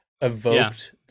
evoked